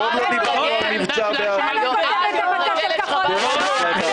ועוד לא דיברנו על מבצע בעזה.